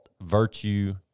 virtue